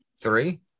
Three